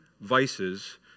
vices